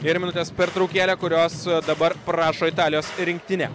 ir minutės pertraukėlė kurios dabar prašo italijos rinktinė